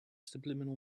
subliminal